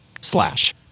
slash